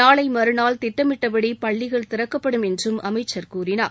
நாளை மறுநாள் திட்டமிட்டபடி பள்ளிகள் திறக்கப்படும் என்றும் அமைச்சர் கூறினார்